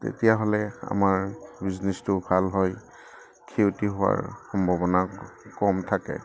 তেতিয়াহ'লে আমাৰ বিজনেছটো ভাল হয় ক্ষতি হোৱাৰ সম্ভাৱনা কম থাকে